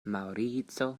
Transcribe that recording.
maŭrico